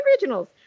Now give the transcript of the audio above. Originals